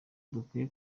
dukwiye